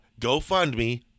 gofundme